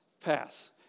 pass